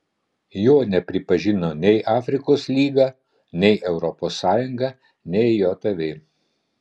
jo nepripažino nei afrikos lyga nei europos sąjunga nei jav